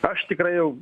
aš tikrai jau